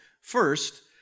First